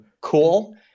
cool